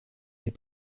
des